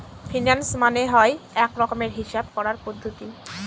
finance মানে হয় এক রকমের হিসাব করার পদ্ধতি